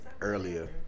earlier